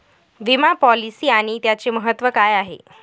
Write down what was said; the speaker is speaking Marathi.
विमा पॉलिसी आणि त्याचे महत्व काय आहे?